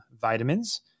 vitamins